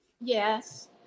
Yes